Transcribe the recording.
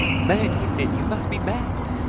man, he said, you must be mad!